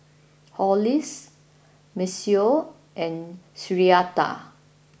Hollis Maceo and Syreeta